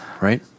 right